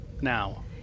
now